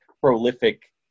prolific